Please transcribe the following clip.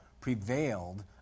prevailed